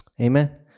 Amen